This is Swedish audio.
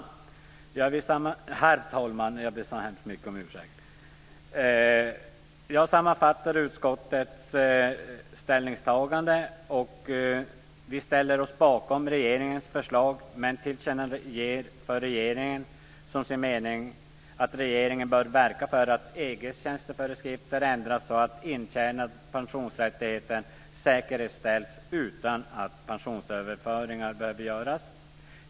Herr talman! Jag sammanfattar utskottets ställningstagande. Utskottet ställer sig bakom regeringens förslag men föreslår att riksdagen tillkännager för regeringen som sin mening att regeringen bör verka för att EG:s tjänsteföreskrifter ändras så att intjänad pensionsrättighet säkerställs utan att pensionsöverföringar behöver göras.